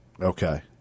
Okay